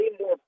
more